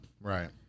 Right